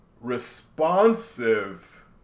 responsive